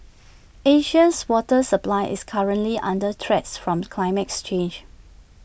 Asia's water supply is currently under threat from climate change